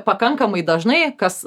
pakankamai dažnai kas